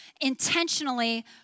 intentionally